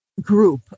group